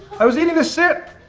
i was eating the sip.